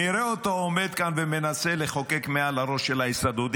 נראה אותו עומד כאן ומנסה לחוקק מעל הראש של ההסתדרות,